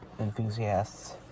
enthusiasts